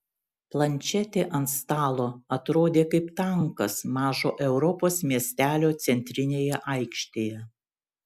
planšetė ant stalo atrodė kaip tankas mažo europos miestelio centrinėje aikštėje